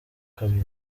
kabiri